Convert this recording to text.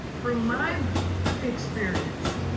from my experience,